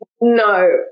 No